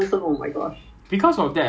so so err